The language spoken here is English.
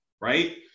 right